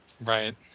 Right